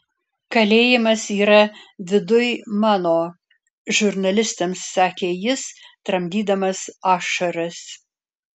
kalėjimas yra viduj mano žurnalistams sakė jis tramdydamas ašaras